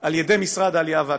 על ידי משרד העלייה והקליטה.